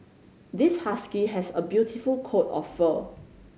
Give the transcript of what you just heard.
this husky has a beautiful coat of fur